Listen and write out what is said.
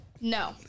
No